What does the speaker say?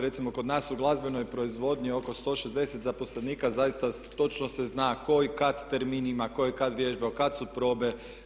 Recimo kod nas u glazbenoj proizvodnji oko 160 zaposlenika zaista točno se zna tko kad termin ima, tko je kad vježbao, kad su probe.